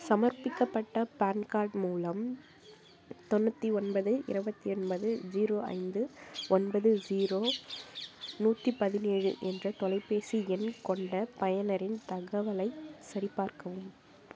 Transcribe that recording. சமர்ப்பிக்கப்பட்ட PAN card மூலம் தொண்ணூற்றி ஒன்பது இருபத்தி ஒன்பது ஜீரோ ஐந்து ஒன்பது ஜீரோ நூற்றி பதினேழு என்ற தொலைபேசி எண் கொண்ட பயனரின் தகவலைச் சரிபார்க்கவும்